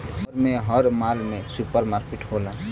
शहर में हर माल में सुपर मार्किट होला